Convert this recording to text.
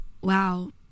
wow